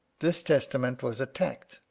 this testament was attacked,